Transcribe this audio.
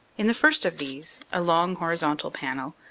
in the first of these, a long horizontal panel,